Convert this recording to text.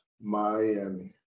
Miami